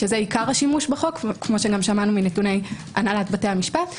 שזה עיקר השימוש בחוק כפי שגם שמענו מנתוני הנהלת בתי המשפט,